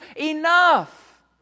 enough